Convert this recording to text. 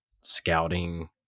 scouting